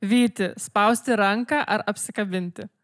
vyti spausti ranką ar apsikabinti